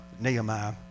Nehemiah